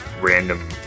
random